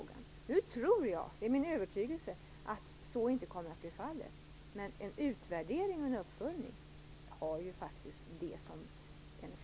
Nu tror jag inte - det är min övertygelse - att så blir fallet.